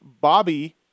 Bobby